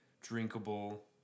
drinkable